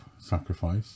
sacrifice